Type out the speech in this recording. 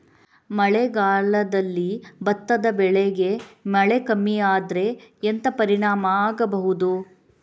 ಮಳೆಗಾಲದಲ್ಲಿ ಭತ್ತದ ಬೆಳೆಗೆ ಮಳೆ ಕಮ್ಮಿ ಆದ್ರೆ ಎಂತ ಪರಿಣಾಮ ಆಗಬಹುದು?